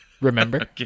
Remember